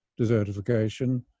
desertification